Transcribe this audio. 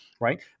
right